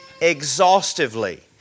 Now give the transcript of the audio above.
exhaustively